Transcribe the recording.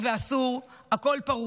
לכן,